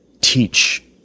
teach